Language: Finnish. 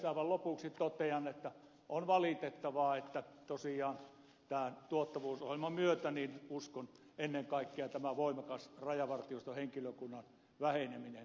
aivan lopuksi totean että on valitettavaa että tosiaan tämän tuottavuusohjelman myötä niin uskon ennen kaikkea tämä voimakas rajavartioston henkilökunnan väheneminen